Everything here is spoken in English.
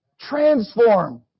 Transform